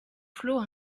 flots